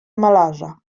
malarza